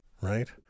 right